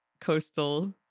coastal